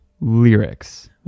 lyrics